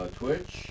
twitch